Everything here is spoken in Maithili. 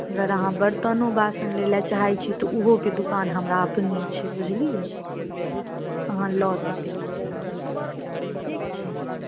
अगर आहाँ बर्तनो बासन लै लए चाहै छी तऽ ओहोके दोकान हमरा अपने छै बुझलियै अहाँ लऽ सकलियै हन ठीक छै